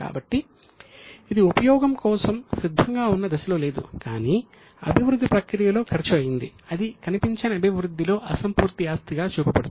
కాబట్టి ఇది ఉపయోగం కోసం సిద్ధంగా ఉన్న దశలో లేదు కానీ అభివృద్ధి ప్రక్రియలో ఖర్చు అయ్యింది అది కనిపించని అభివృద్ధిలో అసంపూర్తి ఆస్తిగా చూపబడుతుంది